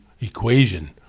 equation